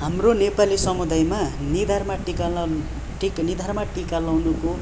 हाम्रो नेपाली समुदायमा निधारमा टिका लौ निधारमा टिका लाउनुको